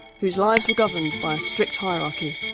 whose lives were governed by a strict hierarchy.